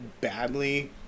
badly